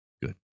Good